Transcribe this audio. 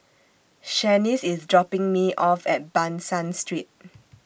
Shanice IS dropping Me off At Ban San Street